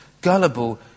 gullible